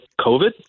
COVID